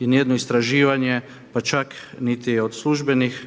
i ni jedno istraživanje pa čak niti od službenih